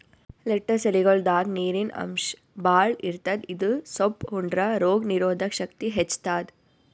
lettuce ಎಲಿಗೊಳ್ದಾಗ್ ನೀರಿನ್ ಅಂಶ್ ಭಾಳ್ ಇರ್ತದ್ ಇದು ಸೊಪ್ಪ್ ಉಂಡ್ರ ರೋಗ್ ನೀರೊದಕ್ ಶಕ್ತಿ ಹೆಚ್ತಾದ್